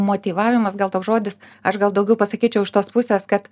motyvavimas gal toks žodis aš gal daugiau pasakyčiau iš tos pusės kad